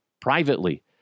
privately